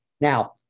Now